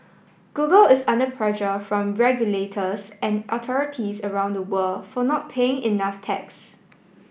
Google is under pressure from regulators and authorities around the world for not paying enough tax